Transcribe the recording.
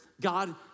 God